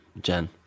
Jen